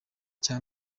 cya